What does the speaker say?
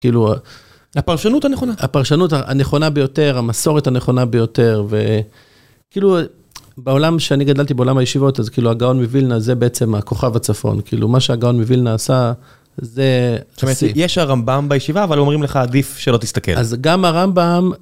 הפרשנות הנכונה. הפרשנות הנכונה ביותר, המסורת הנכונה ביותר. כאילו בעולם שאני גדלתי בעולם הישיבות, אז כאילו הגאון מווילנה זה בעצם הכוכב הצפון. כאילו מה שהגאון מווילנה עשה, זה... יש הרמב״ם בישיבה, אבל אומרים לך עדיף שלא תסתכל. אז גם הרמב״ם...